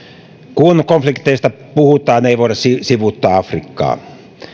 kun konflikteista puhutaan ei voida sivuuttaa afrikkaa